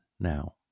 now